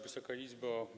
Wysoka Izbo!